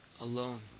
alone